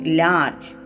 large